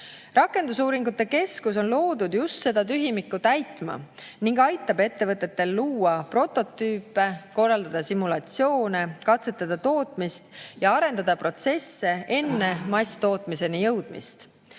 Rakendusuuringute keskus on loodud just seda tühimikku täitma ning aitab ettevõtetel luua prototüüpe, korraldada simulatsioone, katsetada tootmist ja arendada protsesse enne masstootmiseni jõudmist.